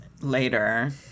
Later